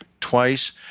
twice